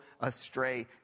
astray